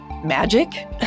magic